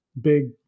big